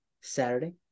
Saturday